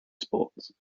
sports